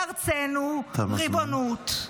בארצנו, ריבונות.